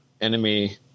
enemy